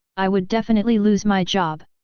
i would definitely lose my job!